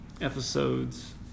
episodes